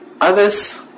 Others